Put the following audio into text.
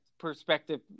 perspective